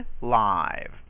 live